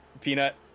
Peanut